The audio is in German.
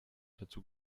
dazu